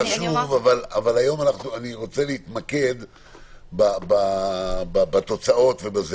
זה חשוב, אבל אני רוצה להתמקד היום בתוצאות.